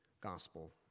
gospel